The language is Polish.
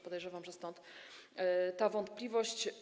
Podejrzewam, że stąd ta wątpliwość.